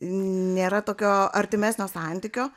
nėra tokio artimesnio santykio